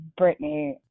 britney